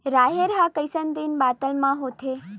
राहेर ह कइसन दिन बादर म होथे?